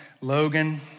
Logan